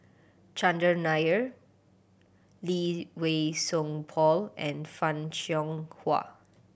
Chandran Nair Lee Wei Song Paul and Fan Shao Hua